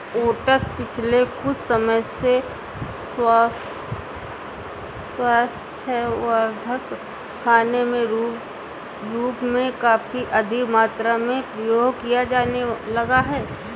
oats पिछले कुछ समय से स्वास्थ्यवर्धक खाने के रूप में काफी अधिक मात्रा में प्रयोग किया जाने लगा है